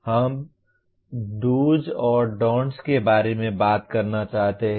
अब हम dos और don'ts के बारे में बात करना चाहते हैं